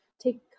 take